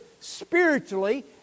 spiritually